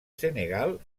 senegal